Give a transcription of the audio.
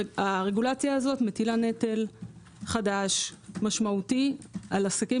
הרגולציה הזאת מטילה נטל חדש משמעותי על עסקים